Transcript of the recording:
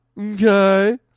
Okay